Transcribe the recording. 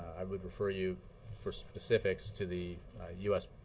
i would refer you for specifics to the u s.